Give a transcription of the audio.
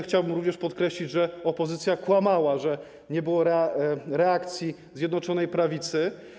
Chciałbym również podkreślić, że opozycja kłamała, że nie było reakcji Zjednoczonej Prawicy.